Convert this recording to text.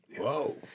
Whoa